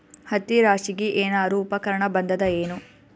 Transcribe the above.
ಹತ್ತಿ ರಾಶಿಗಿ ಏನಾರು ಉಪಕರಣ ಬಂದದ ಏನು?